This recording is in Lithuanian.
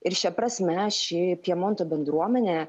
ir šia prasme ši pjemonto bendruomenė